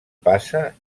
passa